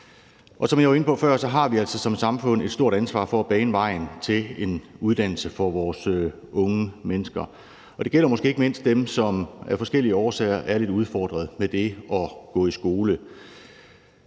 Som jeg var inde på før, har vi altså som samfund et stort ansvar for at bane vejen for en uddannelse for vores unge mennesker. Det gælder måske ikke mindst dem, som af forskellige årsager er lidt udfordret af det at gå i skole.